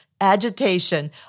agitation